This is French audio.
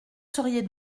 seriez